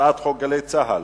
הצעת חוק "גלי צה"ל"